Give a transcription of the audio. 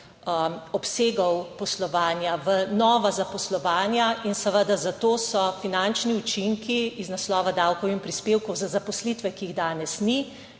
obsega poslovanja, v nova zaposlovanja in seveda zato so finančni učinki iz naslova davkov in prispevkov za zaposlitve, ki jih danes ni,